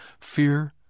fear